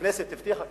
הכנסת הבטיחה,